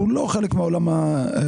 שהוא לא חלק מעולם הדיגיטציה?